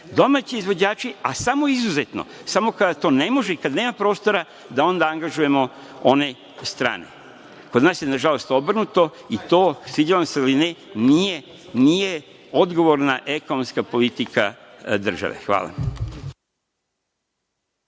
domaći izvođači, a samo izuzetno, samo kada to ne može i kada nema prostora da onda angažujemo one strane? Kod nas je, nažalost, to obrnuto i to, svidelo vam se ili ne, nije odgovorna ekonomska politika države. Hvala.